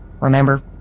Remember